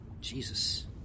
Jesus